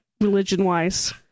religion-wise